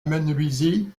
menuiserie